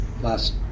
last